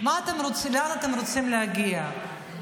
לאן אתם רוצים להגיע?